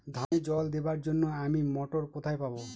ধানে জল দেবার জন্য আমি মটর কোথায় পাবো?